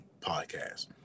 podcast